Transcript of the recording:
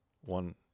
one